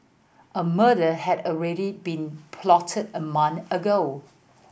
a murder had already been plotted a month ago